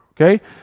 okay